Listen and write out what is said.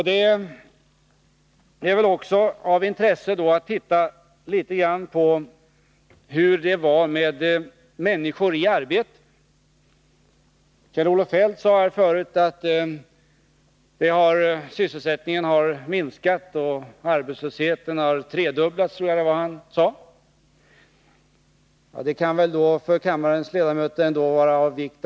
Det är också av intresse att se litet på antalet människor i arbete — Kjell-Olof Feldt sade att sysselsättningen har minskat och, om jag inte hörde fel, att arbetslösheten har tredubblats, hur han nu får fram det.